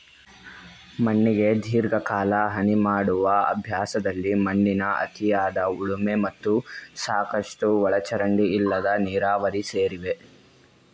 ಮಣ್ಣಿಗೆ ದೀರ್ಘಕಾಲ ಹಾನಿಮಾಡುವ ಅಭ್ಯಾಸದಲ್ಲಿ ಮಣ್ಣಿನ ಅತಿಯಾದ ಉಳುಮೆ ಮತ್ತು ಸಾಕಷ್ಟು ಒಳಚರಂಡಿ ಇಲ್ಲದ ನೀರಾವರಿ ಸೇರಿವೆ